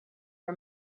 her